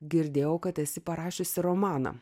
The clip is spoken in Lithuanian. girdėjau kad esi parašiusi romaną